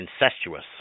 incestuous